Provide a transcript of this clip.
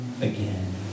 again